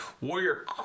Warrior